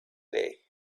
day